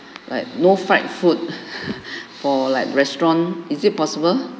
like no fried food for like restaurant is it possible